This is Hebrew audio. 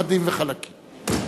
חדים וחלקים.